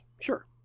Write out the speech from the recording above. Sure